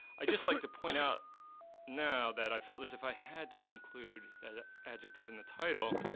i'd just like to point out now that i felt as if i had to include that adjective in the title,